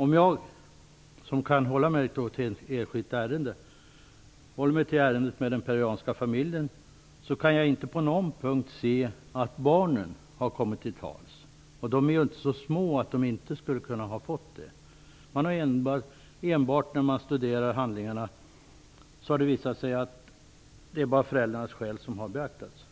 Om jag, som kan ta upp ett enskilt ärende, håller mig kvar vid den peruanska familjen, så kan jag inte på någon punkt se att barnen har fått komma till tals. De är ju inte så små att de inte skulle ha kunnat få det. När man har studerat handlingarna har det visat sig att bara föräldrarnas skäl har beaktats.